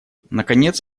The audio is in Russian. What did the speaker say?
наконец